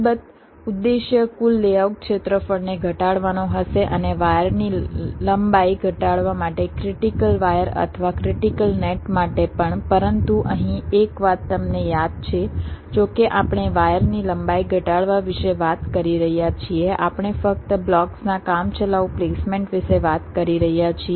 અલબત્ત ઉદ્દેશ્ય કુલ લેઆઉટ ક્ષેત્રફળને ઘટાડવાનો હશે અને વાયરની લંબાઈ ઘટાડવા માટે ક્રિટિકલ વાયર અથવા ક્રિટિકલ નેટ માટે પણ પરંતુ અહીં એક વાત તમને યાદ છે જો કે આપણે વાયરની લંબાઈ ઘટાડવા વિશે વાત કરી રહ્યા છીએ આપણે ફક્ત બ્લોક્સનાં કામચલાઉ પ્લેસમેન્ટ વિશે વાત કરી રહ્યા છીએ